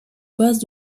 bases